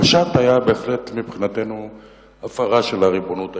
המשט היה בהחלט הפרה של הריבונות הישראלית.